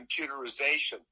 computerization